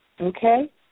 Okay